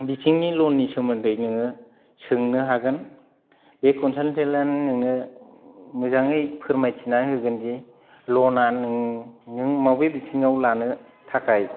बिथिंनि लननि सोमोन्दै नोङो सोंनो हागोन बे कनसाल्टेन्टआनो नोंनो मोजाङै फोरमायथिनानै होगोन दि लना नों मबे बिथिङाव लानो थाखाय